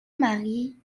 mari